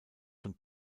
von